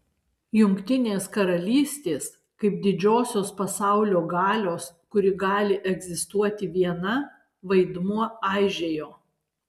jungtinės karalystės kaip didžiosios pasaulio galios kuri gali egzistuoti viena vaidmuo aižėjo